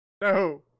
no